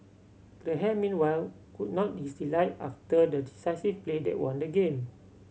Graham meanwhile could not his delight after the decisive play that won the game